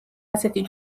ასეთი